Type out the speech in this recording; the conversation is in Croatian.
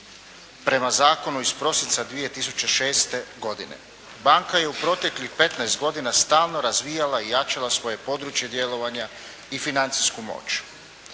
prema zakonu iz prosinca 2006. godine. Banka je u proteklih 15 godina stalno razvijala i jačala svoje područje djelovanja i financijsku moć.